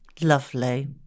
Lovely